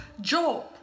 Job